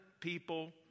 people